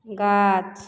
गाछ